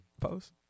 post